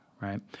right